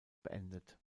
beendet